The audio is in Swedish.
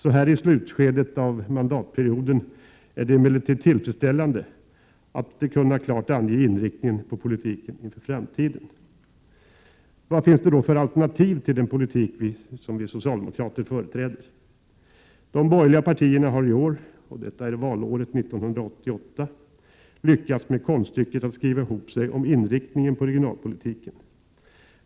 Så här i slutskedet av mandatperioden är det emellertid tillfredsställande att kunna klart ange inriktningen på politiken inför framtiden. Vad finns det då för alternativ till den politik vi socialdemokrater företräder? De borgerliga partierna har i år — valåret 1988 — lyckats med konststycket att skriva ihop sig om inriktningen på regionalpolitiken.